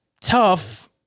tough